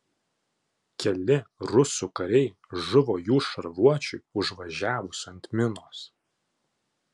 keli rusų kariai žuvo jų šarvuočiui užvažiavus ant minos